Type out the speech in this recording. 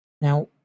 Now